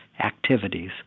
activities